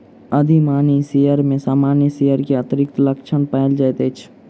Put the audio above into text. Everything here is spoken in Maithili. अधिमानी शेयर में सामान्य शेयर के अतिरिक्त लक्षण पायल जाइत अछि